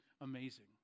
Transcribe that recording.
amazing